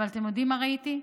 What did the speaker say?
אבל אתם יודעים מה ראיתי?